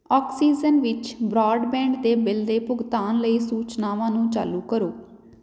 oxygen ਵਿੱਚ broadband ਦੇ bill ਦੇ ਭੁਗਤਾਨ ਲਈ ਸੂਚਨਾਵਾਂ ਨੂੰ ਚਾਲੂ ਕਰੋ